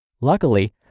Luckily